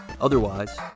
Otherwise